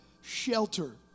shelter